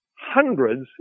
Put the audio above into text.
Hundreds